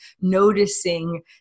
noticing